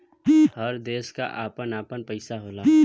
हर देश क आपन आपन पइसा होला